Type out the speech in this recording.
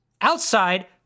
outside